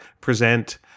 present